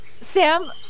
Sam